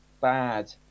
bad